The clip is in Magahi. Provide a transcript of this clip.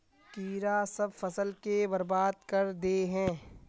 कीड़ा सब फ़सल के बर्बाद कर दे है?